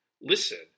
listen